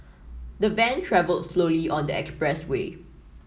the van travelled slowly on the expressway